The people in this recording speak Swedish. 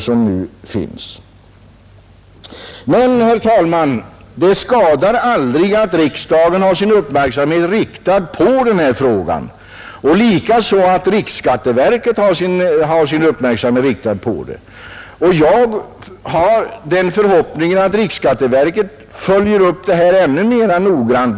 Men, herr talman, det skadar aldrig att riksdagen har sin uppmärksam het riktad på den här frågan. Det skadar inte heller att riksskatteverket har sin uppmärksamhet på den. Jag har den förhoppningen att riksskatteverket skall följa upp den här saken noggrant.